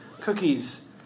cookies